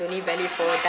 only valid for dine